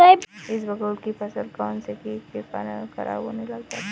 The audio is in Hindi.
इसबगोल की फसल कौनसे कीट के कारण खराब होने लग जाती है?